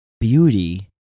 beauty